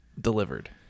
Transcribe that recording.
delivered